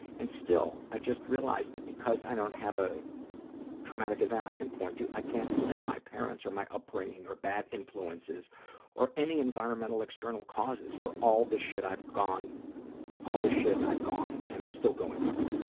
and still, i just realized that because i don't have a traumatic event i can point to, i can't blame my parents or upbringing or bad influences or any environmental external causes for all the shit i've gone all the shit i've gone and am still going through.